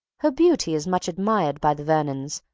her beauty is much admired by the vernons,